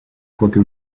quoique